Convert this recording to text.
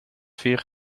vier